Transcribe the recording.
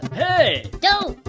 hey! don't.